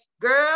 girl